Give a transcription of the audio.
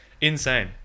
Insane